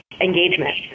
engagement